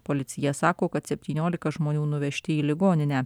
policija sako kad septyniolika žmonių nuvežti į ligoninę